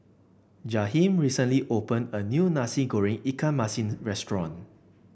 Jaheem recently opened a new Nasi Goreng Ikan Masin's restaurant